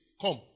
Come